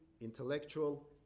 intellectual